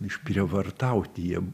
išprievartauti jie